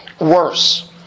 worse